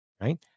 right